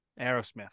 Aerosmith